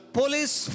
police